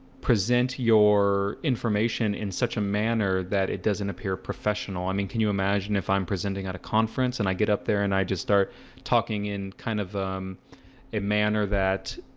present your information in such a manner that it doesn't appear professional i mean can you imagine if i'm presenting at a conference and i get up there and i just start talking in kind of manner that